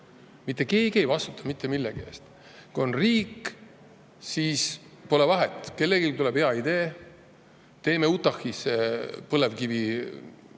Mitte keegi ei vastuta mitte millegi eest. Kui on riik, siis pole vahet. Kellelgi tuleb hea idee, teeme Utah'sse põlevkivitootmise